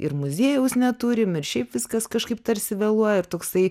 ir muziejaus neturim ir šiaip viskas kažkaip tarsi vėluoja ir toksai